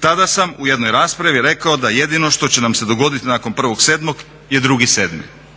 Tada sam u jednoj raspravi rekao da jedino što će nam se dogoditi nakon 1.7. je 2.7.